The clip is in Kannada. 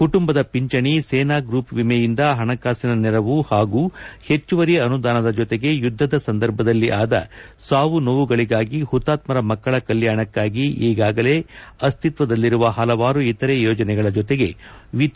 ಕುಟುಂಬದ ಪಿಂಚಣಿ ಸೇನಾ ಗ್ರೂಪ್ ವಿಮೆಯಿಂದ ಹಣಕಾಸಿನ ನೆರವು ಹಾಗೂ ಹೆಚ್ಚುವರಿ ಅನುದಾನದ ಜತೆಗೆ ಯುದ್ದದ ಸಂದರ್ಭದಲ್ಲಿ ಆದ ಸಾವು ನೋವುಗಳಿಗಾಗಿ ಹುತಾತ್ಸರ ಮಕ್ಕಳ ಕಲ್ಚಾಣಕ್ಕಾಗಿ ಈಗಾಗಲೇ ಅಸ್ತಿತ್ವದಲ್ಲಿರುವ ಹಲವಾರು ಇತರೆ ಯೋಜನೆಗಳ ಜತೆಗೆ ವಿತ್ತೀಯ ನೆರವೂ ಸಹ ನೀಡಲು ನಿಧರಿಸಲಾಗಿದೆ